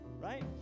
right